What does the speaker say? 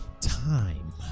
time